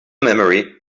memory